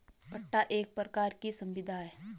पट्टा एक प्रकार की संविदा है